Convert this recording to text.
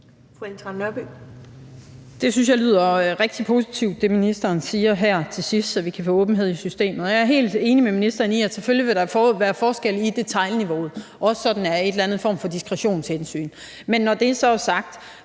synes jeg lyder rigtig positivt, altså om, at vi kan få åbenhed i systemet. Og jeg er helt enig med ministeren i, at der selvfølgelig vil være forskel i detailniveauet, også sådan af en eller anden form for diskretionshensyn. Men når det så er sagt,